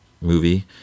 movie